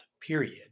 period